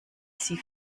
sie